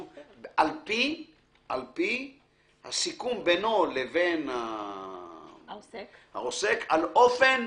על פי הסיכום בינו לבין העוסק על אופן